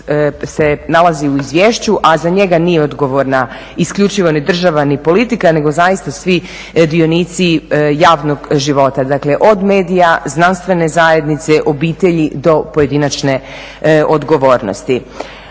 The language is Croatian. se nalazi u izvješću a za njega nije odgovorna isključivo ni država ni politika, nego zaista svi dionici javnog života. Dakle, od medija, znanstvene zajednice, obitelji do pojedinačne odgovornosti.